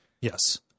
Yes